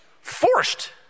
forced